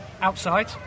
outside